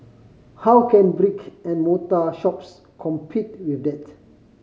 how can brick and mortar shops compete with that